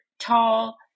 tall